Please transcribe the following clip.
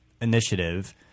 Initiative